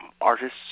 artist's